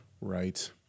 Right